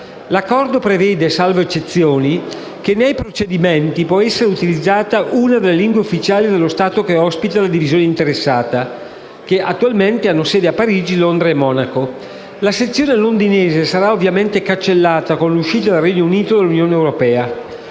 L'Accordo prevede, salvo eccezioni, che nei procedimenti può essere utilizzata una delle lingue ufficiali dello Stato che ospita la divisione interessata (che attualmente hanno sede a Parigi, Londra e Monaco). La sezione londinese sarà ovviamente cancellata con l'uscita del Regno Unito dall'Unione europea.